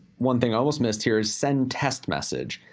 one thing i almost missed here is sent test message.